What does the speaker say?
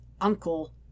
Uncle